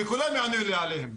שכולם יענו לי עליהן,